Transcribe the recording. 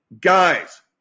guys